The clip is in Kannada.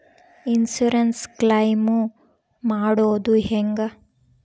ಇನ್ಸುರೆನ್ಸ್ ಕ್ಲೈಮು ಮಾಡೋದು ಹೆಂಗ?